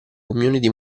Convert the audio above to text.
community